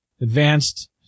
advanced